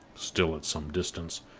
still at some distance,